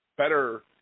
better